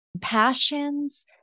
passions